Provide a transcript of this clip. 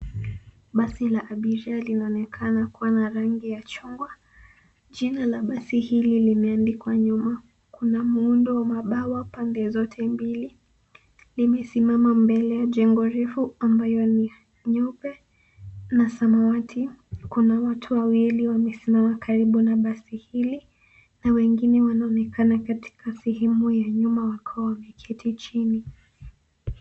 Basi la abiria linaonekana kuwa na rangi ya chungwa. Jina la basi limeandikwa nyuma. Kuna muundo wa mabawa pande zote mbili. Limesimama mbele ya jengo refu ambalo ni jeupe na samawati. Kuna watu wawilii wamesimama mbele ya jengo hili na wengine wanaonekana katika sehemu ya nyuma wakiwa wameketi chini.